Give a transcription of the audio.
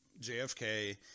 jfk